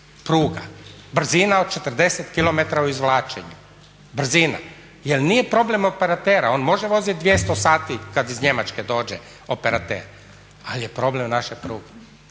pruga, brzina od 40km u izvlačenju, brzina. Jer nije problem operatera, on može voziti 200 sati kada iz Njemačke dođe operater, ali je problem u našim prugama,